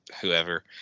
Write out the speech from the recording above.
whoever